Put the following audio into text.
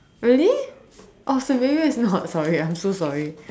really awesome maybe it's not sorry I'm so sorry